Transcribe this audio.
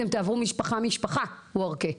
אתם תעברו משפחה משפחה וורקי.